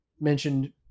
mentioned